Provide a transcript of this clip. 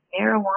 marijuana